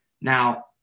Now